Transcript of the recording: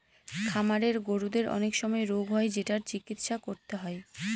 খামারের গরুদের অনেক সময় রোগ হয় যেটার চিকিৎসা করতে হয়